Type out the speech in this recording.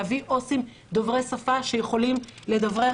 להביא עובדים סוציאליים דוברי שפה שיכולים לדברר